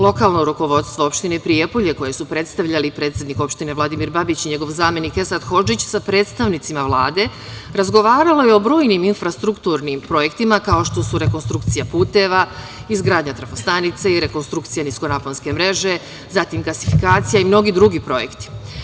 Lokalno rukovodstvo opštine Prijepolje koje su predstavljali predsednik opštine Vladimir Babić i njegov zamenik Esad Hodžić, sa predstavnicima Vlade, razgovaralo je o brojnim infrastrukturnim projektima, kao što su rekonstrukcija puteva, izgradnja trafo-stanice i rekonstrukcija nisko naponske mreže, gasifikacija i mnogi drugi projekti.